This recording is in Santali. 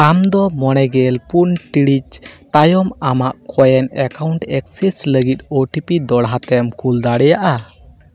ᱟᱢ ᱫᱚ ᱢᱚᱬᱮ ᱜᱮᱞ ᱯᱩᱱ ᱴᱤᱲᱤᱡ ᱛᱟᱭᱚᱢ ᱟᱢᱟᱜ ᱠᱚᱭᱮᱱ ᱮᱠᱟᱣᱩᱱᱴ ᱮᱹᱠᱥᱮᱥ ᱞᱟᱹᱜᱤᱫ ᱳ ᱴᱤ ᱯᱤ ᱫᱚᱲᱦᱟᱛᱮᱢ ᱠᱩᱞ ᱫᱟᱲᱮᱭᱟᱜᱼᱟ